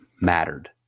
mattered